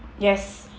yes